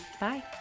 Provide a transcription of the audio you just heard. Bye